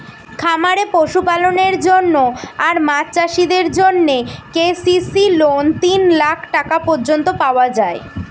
খামারে পশুপালনের জন্য আর মাছ চাষিদের জন্যে কে.সি.সি লোন তিন লাখ টাকা পর্যন্ত পাওয়া যায়